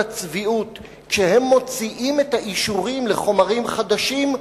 הצביעות: כשהם מוציאים את האישורים לחומרים חדשים,